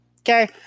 Okay